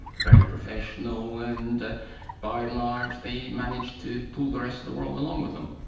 very professional, and by and large they managed to pull the rest of the world along with them.